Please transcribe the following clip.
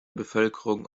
bevölkerung